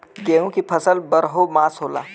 गेहूं की फसल बरहो मास होला